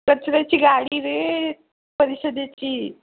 कचऱ्याची गाडी रे परिषदेची